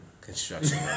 construction